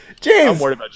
James